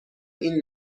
این